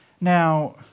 Now